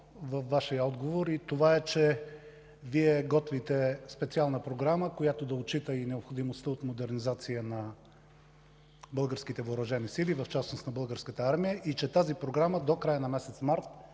във Вашия отговор и това е, че Вие готвите специална програма, която да отчита и необходимостта от модернизация на българските Въоръжени сили, в частност на Българската армия и че тази програма до края на месец март